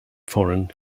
foreign